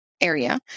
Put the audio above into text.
area